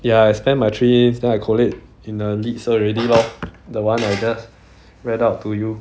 ya I spent my three hints then I collate in a list already lah the one I just read out to you